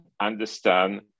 understand